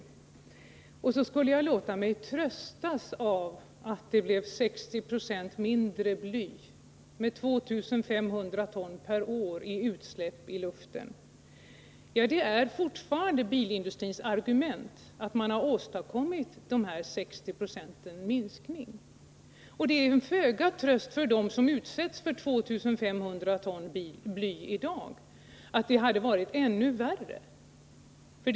Jag skulle, sade Anders Dahlgren, låta mig tröstas av att det har blivit 60 90 mindre bly — med utsläpp i luften om 2 500 ton per år! Det är fortfarande bilindustrins argument att man har åstadkommit den här minskningen på 60 20. Det är föga tröst för dem som i dag utsätts för 2 500 ton bly att det hade varit ännu värre om inga åtgärder hade vidtagits.